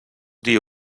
dir